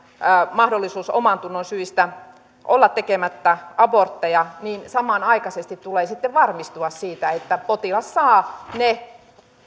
mahdollisuus omantunnonsyistä olla tekemättä abortteja niin samanaikaisesti tulee sitten varmistua siitä että potilas saa ne